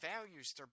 values